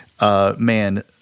Man